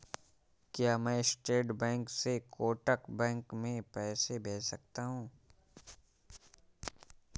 क्या मैं state bank से कोटक बैंक में पैसे भेज सकता हूँ?